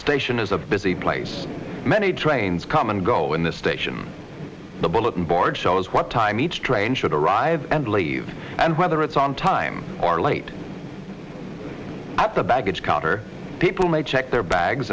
station is a busy place many trains come and go in the station the bulletin board shows what time each train should arrive and leave and whether it's on time or late after baggage counter people may check their bags